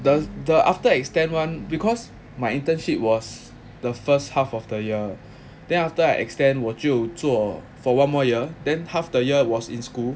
the the after extend one because my internship was the first half of the year then after I extend 我就做 for one more year then half the year was in school